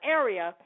area